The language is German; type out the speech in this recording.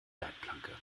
leitplanke